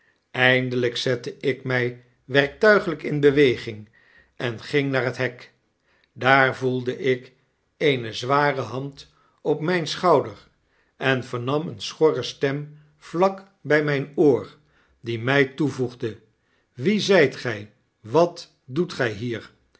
eindelgk zette ik mg werktuiglijk in beweging en ging naar het hek daar voelde ik eene zware hand op mijn schouder en vernam eene schorre stem vlak bij mijn oor die mij toevoegde wie zijt gij wat doet gij hier